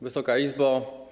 Wysoka Izbo!